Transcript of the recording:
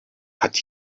hat